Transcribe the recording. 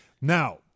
Now